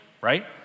right